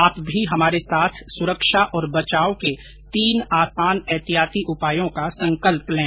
आप भी हमारे साथ सुरक्षा और बचाव के तीन आसान एहतियाती उपायों का संकल्प लें